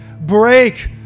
break